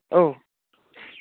औ